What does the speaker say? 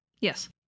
yes